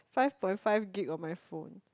five point five gig on my phone